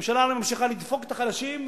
הממשלה ממשיכה לדפוק את החלשים,